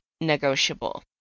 negotiable